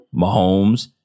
mahomes